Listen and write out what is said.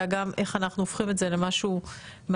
אלא גם איך אנחנו הופכים את זה למשהו מעשי